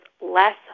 less